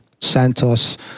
Santos